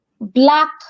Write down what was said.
black